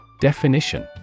Definition